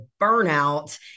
burnout